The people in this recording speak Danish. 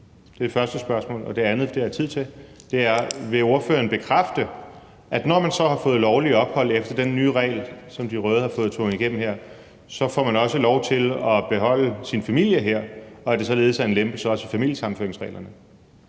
Det andet spørgsmål, og det har jeg tid til at stille, er: Vil ordføreren bekræfte, at når man så har fået lovligt ophold efter den nye regel, som de røde har fået tvunget igennem, får man også lov til at beholde sin familie her, og at det således også er en lempelse af familiesammenføringsreglerne?